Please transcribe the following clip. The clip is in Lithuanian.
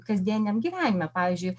kasdieniam gyvenime pavyzdžiui